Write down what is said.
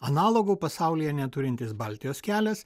analogų pasaulyje neturintis baltijos kelias